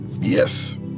Yes